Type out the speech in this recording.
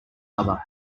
other